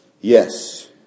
Yes